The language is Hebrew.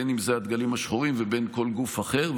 בין אם הדגלים השחורים ובין אם כל גוף אחר,